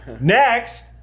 Next